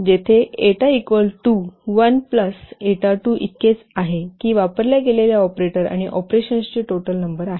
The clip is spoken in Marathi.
जेथे eta equal to 1 plus eta 2 इतकेच आहे की वापरल्या गेलेल्या ऑपरेटर आणि ऑपरेशन्सची टोटलनंबर आहे